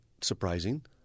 surprising